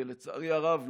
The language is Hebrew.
ולצערי הרב,